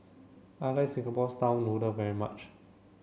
I like Singapore style noodle very much